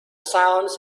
sounds